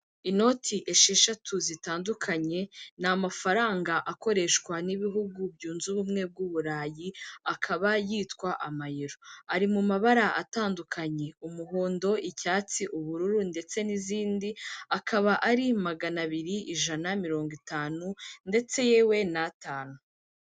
Inoti esheshatu zitandukanye, ni amafaranga akoreshwa n'ibihugu byunze ubumwe bw'Uburayi, akaba yitwa amayiro, ari mu mabara atandukanye umuhondo, icyatsi, ubururu ndetse n'izindi, akaba ari magana abiri, ijana, mirongo itanu ndetse yewe n'atanu.